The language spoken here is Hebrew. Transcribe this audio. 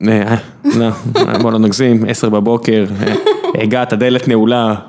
בוא לא נגזים עשר בבוקר הגעת, הדלת נעולה.